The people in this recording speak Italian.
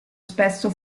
spesso